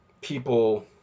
people